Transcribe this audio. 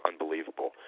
unbelievable